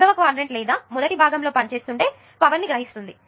మూడవ క్వాడ్రంట్ లేదా మొదటి భాగంలో పనిచేస్తుంటే ఇది పవర్ ని గ్రహిస్తుంది